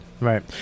right